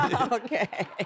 Okay